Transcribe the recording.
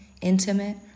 intimate